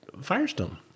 Firestone